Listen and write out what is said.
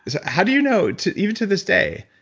so how do you know to even to this day,